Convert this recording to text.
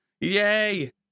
Yay